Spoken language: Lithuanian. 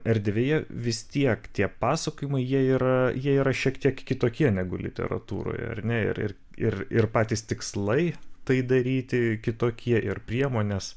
erdvėje vis tiek tie pasakojimai jie yra jie yra šiek tiek kitokie negu literatūroje ar ne ir ir ir ir patys tikslai tai daryti kitokie ir priemonės